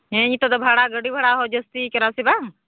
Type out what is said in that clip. ᱦᱮᱸ ᱱᱤᱛᱳᱜ ᱫᱚ ᱵᱷᱟᱲᱟ ᱜᱟᱹᱰᱤ ᱵᱷᱟᱲᱟ ᱦᱚᱸ ᱡᱟᱹᱥᱛᱤᱭ ᱠᱟᱱᱟ ᱥᱮ ᱵᱟᱝ